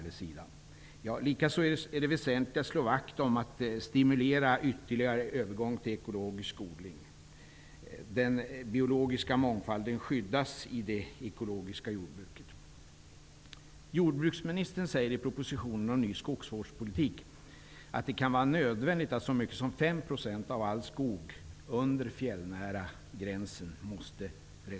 Det är också väsentligt att slå vakt om att man stimulerar ytterligare övergång till ekologisk odling. Den biologiska mångfalden skyddas i det ekologiska jordbruket. Jordbruksministern säger i propositionen om ny skogsvårdspolitik att det kan vara nödvändigt att reservatsskydda så mycket som 5 % av all skog under den fjällnära gränsen.